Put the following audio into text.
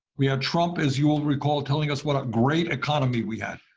we had trump, as you all recall, telling us what a great economy we had.